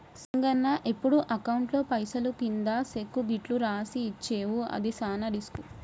సింగన్న ఎప్పుడు అకౌంట్లో పైసలు కింది సెక్కు గిట్లు రాసి ఇచ్చేవు అది సాన రిస్కు